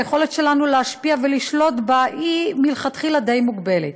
היכולת שלנו להשפיע ולשלוט בה היא מלכתחילה די מוגבלת.